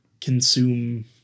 consume